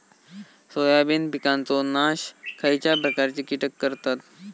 Soybean पिकांचो नाश खयच्या प्रकारचे कीटक करतत?